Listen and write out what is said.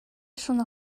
шуны